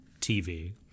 TV